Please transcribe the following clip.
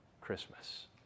Christmas